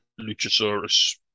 Luchasaurus